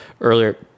earlier